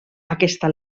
aquesta